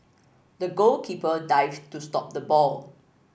the goalkeeper dived to stop the ball